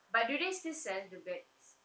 but do they still sell the bags